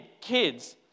kids